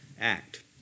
act